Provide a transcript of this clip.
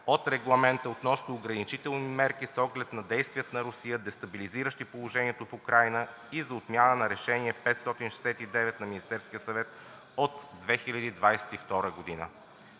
от Регламента относно ограничителни мерки с оглед на действията на Русия, дестабилизиращи положението в Украйна, и за отмяна на Решене № 569 на Министерския съвет от 2022 г.